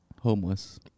Homeless